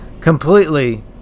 completely